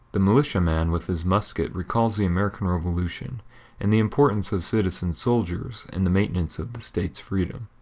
the militiaman with his musket recalls the american revolution and the importance of citizen soldiers in the maintenance of the state's freedom.